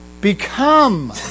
become